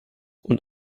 und